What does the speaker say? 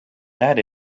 that